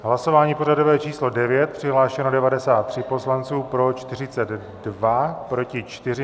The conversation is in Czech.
V hlasování pořadové číslo 9 přihlášeni 93 poslanci, pro 42, proti 4.